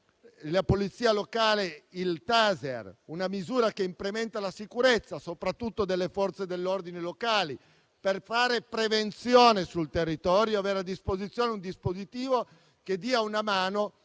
la Polizia locale del *taser*. È una misura che implementa la sicurezza, soprattutto delle Forze dell'ordine locali, per fare prevenzione sul territorio; avere a disposizione un dispositivo dà una mano